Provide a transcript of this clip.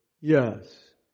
yes